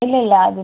ഇല്ല ഇല്ല അത്